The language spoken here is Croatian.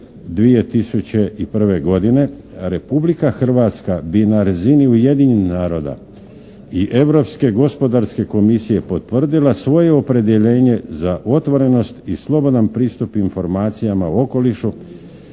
2001. godine Republika Hrvatska bi na razini Ujedinjenih naroda i Europske gospodarske komisije potvrdila svoje opredjeljenje za otvorenost i slobodan pristup informacijama o okolišu